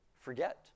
forget